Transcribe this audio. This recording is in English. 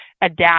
adapt